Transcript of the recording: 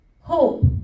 Hope